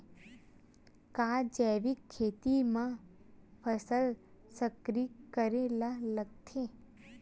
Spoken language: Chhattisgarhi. का जैविक खेती म फसल चक्र करे ल लगथे?